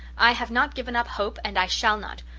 i have not given up hope, and i shall not,